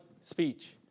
speech